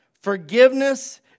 Forgiveness